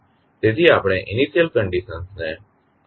તેથી આપણે ઇનિશ્યલ કંડીશનને is તરીકે માનીએ છીએ